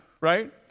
right